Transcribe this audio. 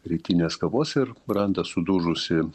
rytinės kavos ir randa sudužusį